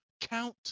Count